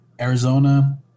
Arizona